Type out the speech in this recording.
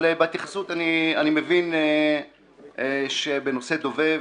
אבל בהתייחסות אני מבין שבנושא דובב